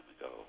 ago